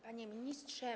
Panie Ministrze!